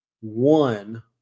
One